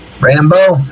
Rambo